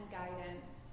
guidance